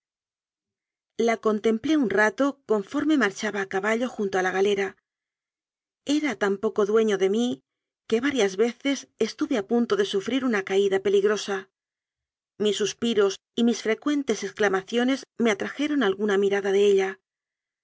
la contemplé un rato conforme marchaba a caballo junto a la galera era tan poco dueño de mí que varias veces estuve a punto de sufrir una caída peligrosa mis suspiros y mis frecuen tes exclamaciones me atrajeron alguna mirada de ella